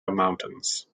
mountains